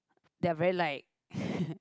they're very like